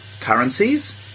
currencies